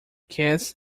kiss